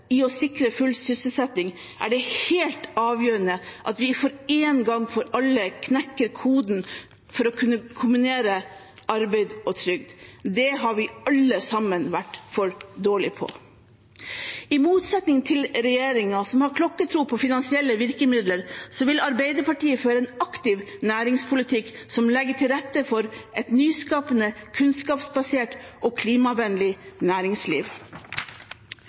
i å sikre full sysselsetting, er det helt avgjørende at vi én gang for alle knekker koden for å kunne kombinere arbeid og trygd. Det har vi alle sammen vært for dårlige på. I motsetning til regjeringen, som har klokkertro på finansielle virkemidler, vil Arbeiderpartiet føre en aktiv næringspolitikk som legger til rette for et nyskapende, kunnskapsbasert og klimavennlig næringsliv.